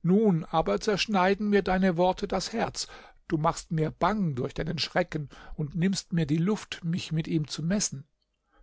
nun aber zerschneiden mir deine worte das herz du machst mir bang durch deinen schrecken und nimmst mir die luft mich mit ihm zu messen